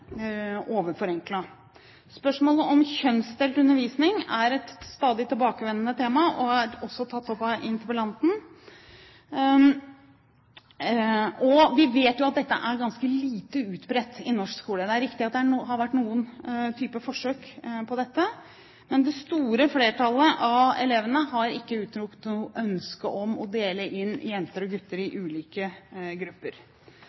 overforenklet. Spørsmålet om kjønnsdelt undervisning er et stadig tilbakevendende tema, og er også tatt opp av interpellanten. Vi vet at dette er ganske lite utbredt i norsk skole. Det er riktig at det har vært noen typer forsøk på dette, men det store flertallet av elevene har ikke uttrykt noe ønske om å dele inn jenter og gutter i ulike grupper.